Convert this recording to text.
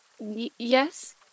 yes